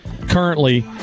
currently